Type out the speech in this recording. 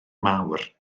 mawr